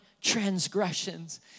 transgressions